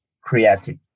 creative